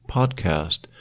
podcast